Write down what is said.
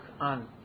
on